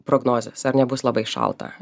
prognozes ar nebus labai šalta